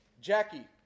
Jackie